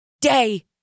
day